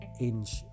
inch